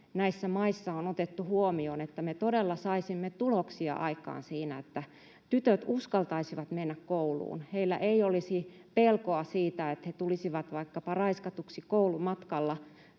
näissä maissa on otettu huomioon, että me todella saisimme tuloksia aikaan siinä, että tytöt uskaltaisivat mennä kouluun — heillä ei olisi pelkoa siitä, että he tulisivat vaikkapa raiskatuksi koulumatkalla